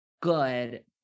good